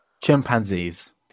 Chimpanzees